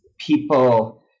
people